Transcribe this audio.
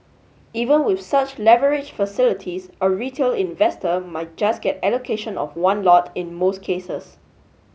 even with such leverage facilities a retail investor might just get allocation of one lot in most cases